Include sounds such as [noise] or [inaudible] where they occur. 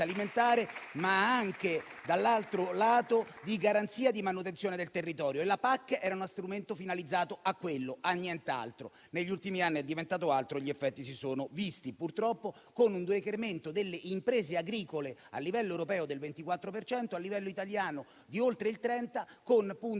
[applause] ma anche, dall'altro lato, della garanzia di manutenzione del territorio. La PAC era uno strumento finalizzato a questo e a nient'altro; negli ultimi anni è diventato altro e gli effetti si sono visti, purtroppo, con un decremento delle imprese agricole a livello europeo del 24 per cento e a livello italiano di oltre il 30, con punte